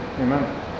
amen